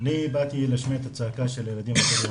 אני באתי להשמיע את הצעקה של הילדים הבדואים